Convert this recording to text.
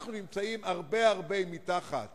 אנחנו נמצאים הרבה הרבה מתחת